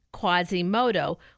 Quasimodo